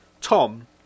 Tom